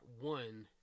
one